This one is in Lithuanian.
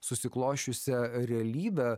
susiklosčiusia realybe